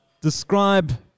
describe